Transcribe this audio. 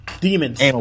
demons